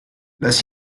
las